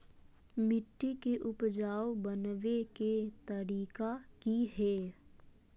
मिट्टी के उपजाऊ बनबे के तरिका की हेय?